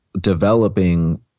developing